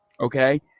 Okay